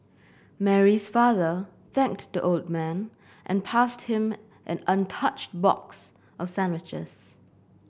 Mary's father thanked the old man and passed him an untouched box of sandwiches